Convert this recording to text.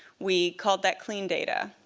we called that clean data.